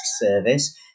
service